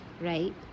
right